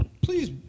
Please